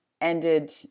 ended